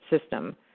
system